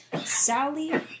Sally